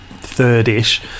third-ish